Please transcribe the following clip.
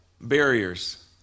Barriers